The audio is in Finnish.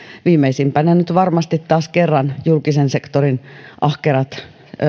viimeisimpänä nyt varmasti taas kerran julkisen sektorin ahkerat